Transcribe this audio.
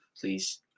please